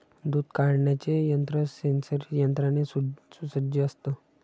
दूध काढण्याचे यंत्र सेंसरी यंत्राने सुसज्ज असतं